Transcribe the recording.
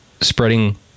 spreading